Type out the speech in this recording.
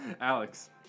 Alex